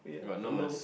got nose